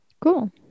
Cool